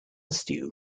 stu